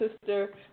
sister